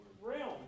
realm